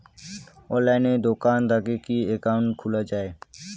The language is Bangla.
অনলাইনে দোকান থাকি কি একাউন্ট খুলা যায়?